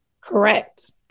Correct